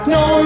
no